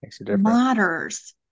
matters